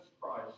Christ